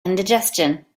indigestion